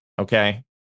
Okay